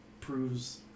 proves